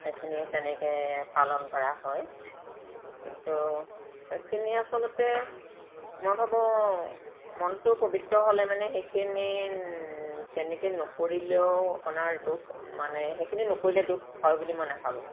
সেইখিনি তেনেকৈ পালন কৰা হয় কিন্তু সেইখিনি আচলতে মই ভাবোঁ মনটো পবিত্ৰ হ'লে মানে সেইখিনি তেনেকৈ নকৰিলেও আপোনাৰ দোষ মানে সেইখিনি নকৰিলে দোষ হয় বুলি মই নেভাবোঁ